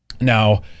Now